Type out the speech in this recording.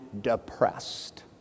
depressed